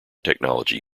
technology